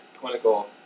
clinical